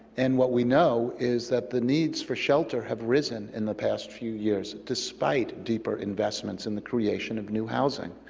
and what we know is that the needs for shelter have risen in the past few years, despite deeper investments in the creation of new housing.